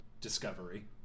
discovery